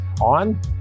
on